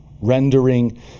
rendering